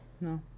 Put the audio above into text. No